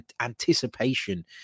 anticipation